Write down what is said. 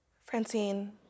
Francine